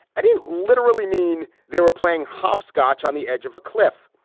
i didn't literally mean they were playing hopscotch on the edge of a cliff.